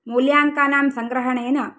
मूल्याङ्कानां सङ्ग्रहणेन